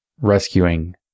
rescuing